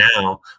now